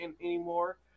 anymore